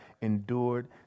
endured